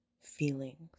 feelings